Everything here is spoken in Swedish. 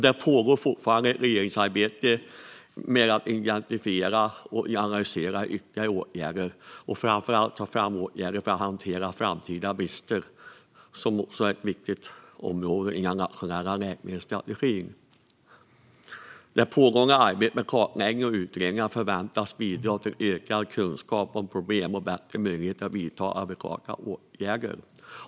Det pågår fortfarande ett arbete i Regeringskansliet med att identifiera och analysera ytterligare åtgärder och framför allt att ta fram åtgärder för att hantera framtida brister, som också är ett viktigt område i den nationella läkemedelsstrategin. Det pågående arbetet med kartläggningar och utredningar förväntas bidra till ökad kunskap om problemen och bättre möjligheter att vidta adekvata åtgärder.